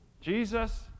Jesus